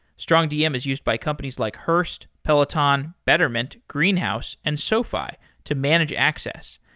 strongdm is used by companies like hurst, peloton, betterment, greenhouse and sofi to manage access.